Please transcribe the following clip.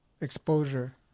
exposure